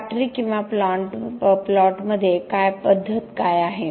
factory किंवा प्लांटमध्ये पद्धत काय आहे